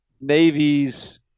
Navy's